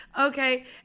Okay